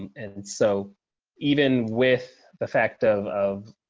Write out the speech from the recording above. and so even with the fact of of